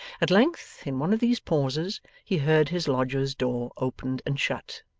at length, in one of these pauses, he heard his lodger's door opened and shut,